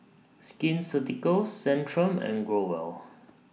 Skin Ceuticals Centrum and Growell